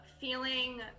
Feeling